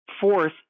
Fourth